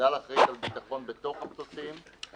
אל על אחראית על הביטחון בתוך המטוסים בלבד,